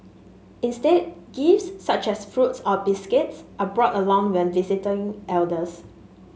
instead gifts such as fruits or biscuits are brought along when visiting elders